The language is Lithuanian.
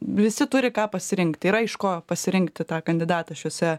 visi turi ką pasirinkti yra iš ko pasirinkti tą kandidatą šiuose